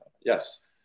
yes